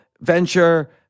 venture